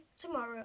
tomorrow